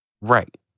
Right